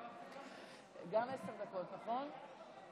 גם עשר דקות, נכון?